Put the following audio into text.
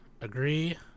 agree